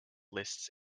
lists